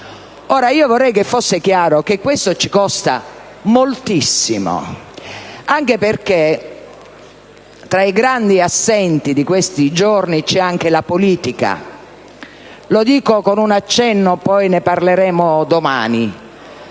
Ora vorrei che fosse chiaro che questo ci costa davvero molto, anche perché tra i grandi assenti di questi giorni c'è la politica. Lo dico con un accenno e ne parleremo poi domani.